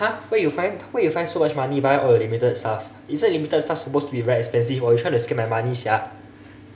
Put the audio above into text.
!huh! where you find where you find so much money buy all the limited stuff isn't limited stuff supposed to be very expensive or you trying to scam my money sia